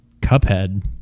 Cuphead